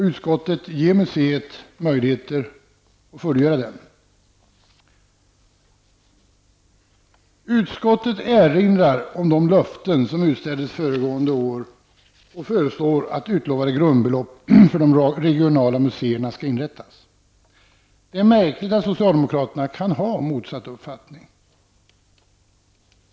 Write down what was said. Utskottet ger museet möjligheter att fullgöra dem. Utskottet erinrar om de löften som utställdes föregående år och föreslår att utlovade grundbelopp för de regionala museerna skall inrättas. Det är märkligt att socialdemokraterna kan ha motsatt uppfattning.